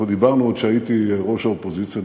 אנחנו דיברנו עוד כשהייתי ראש האופוזיציה,